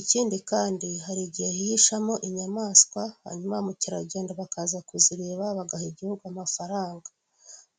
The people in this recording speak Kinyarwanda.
Ikindi kandi hari igihe hihishamo inyamaswa, hanyuma ba mukerarugendo bakaza kuzireba bagaha igihugu amafaranga.